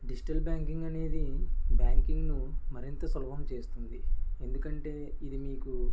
digital banking అనేది banking ను మరింత సులభం చేస్తుంది ఎందుకంటే ఇది మీకు